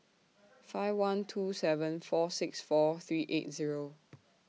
five one two seven four six four three eight Zero